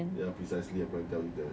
ya precisely I'm trying to tell you that